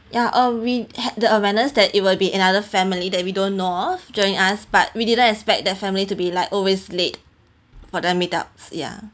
ya uh we had the awareness that it will be another family that we don't know of joining us but we didn't expect that family to be like always late for the meet up ya